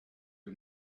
you